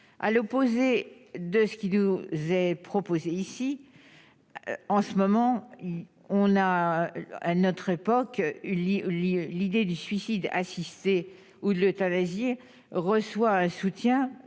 à l'opposé de ce qui nous est proposé ici en ce moment, on a à notre époque, Ueli l'idée du suicide assisté ou de l'euthanasier reçoit un soutien